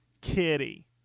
Kitty